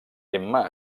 emma